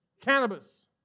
Cannabis